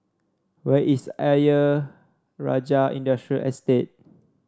where is Ayer Rajah Industrial Estate